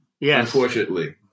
unfortunately